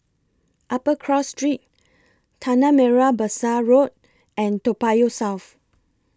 Upper Cross Street Tanah Merah Besar Road and Toa Payoh South